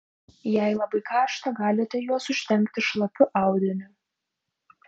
jei labai karšta galite juos uždengti šlapiu audiniu